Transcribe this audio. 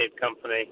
company